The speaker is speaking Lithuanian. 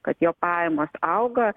kad jo pajamos auga